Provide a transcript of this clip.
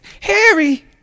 Harry